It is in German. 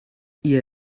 ihr